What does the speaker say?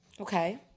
Okay